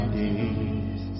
days